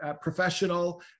professional